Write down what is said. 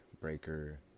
Breaker